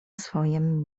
swojem